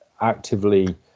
actively